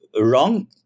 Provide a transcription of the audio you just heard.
wrong